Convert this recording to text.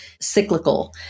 cyclical